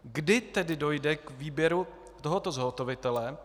Kdy tedy dojde k výběru tohoto zhotovitele?